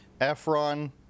Efron